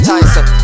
Tyson